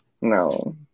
No